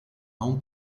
non